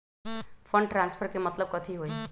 Fund transfer के मतलब कथी होई?